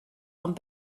ond